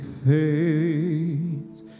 fades